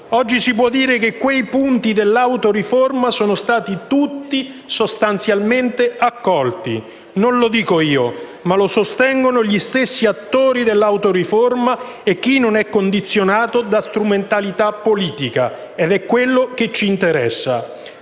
Oggi si può dire che quei punti dell'autoriforma sono stati tutti sostanzialmente accolti. Non lo dico io, ma lo sostengono gli stessi attori dell'autoriforma e chi non è condizionato da strumentalità politica, ed è quello che ci interessa.